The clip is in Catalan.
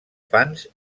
fans